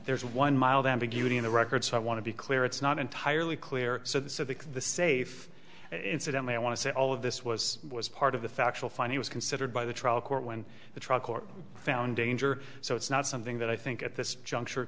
there's one mild ambiguity in the record so i want to be clear it's not entirely clear so that the safe incidentally i want to say all of this was was part of the factual funny was considered by the trial court when the trial court found danger so it's not something that i think at this juncture